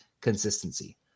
consistency